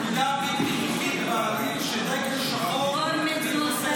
פקודה בלתי חוקית בעליל שדגל שחור מתנוסס